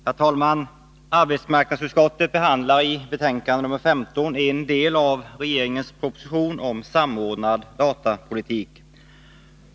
Herr talman! Arbetsmarknadsutskottet behandlar i betänkande nr 15 en del av regeringens proposition om samordnad datapolitik.